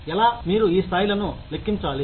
ఎలా మీరు ఈ స్థాయిలను లెక్కించాలి